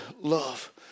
love